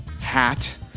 hat